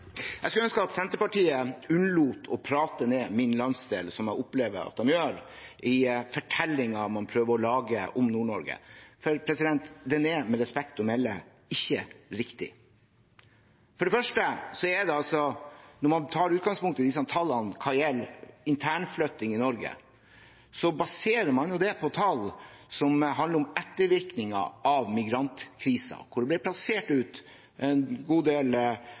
Jeg skulle ønske Senterpartiet unnlot å prate ned min landsdel, noe jeg opplever at de gjør i fortellingen de prøver å lage om Nord-Norge. For den er med respekt å melde ikke riktig. Når man tar utgangspunkt i tallene hva gjelder internflytting i Norge, baserer man det på tall som handler om ettervirkningen av migrantkrisen, da det ble plassert ut en god del